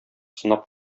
сынап